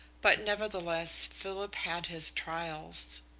but, nevertheless, philip had his trials.